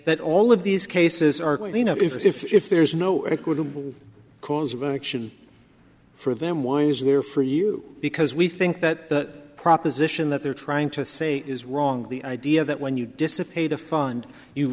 that all of these cases are clean if there's no equitable cause of action for them one is there for you because we think that the proposition that they're trying to say is wrong the idea that when you dissipate a fund you